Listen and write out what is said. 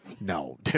No